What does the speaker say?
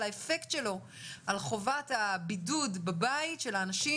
על האפקט שלו על חובת הבידוד בבית של האנשים